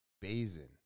Basin